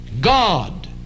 god